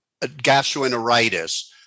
gastroenteritis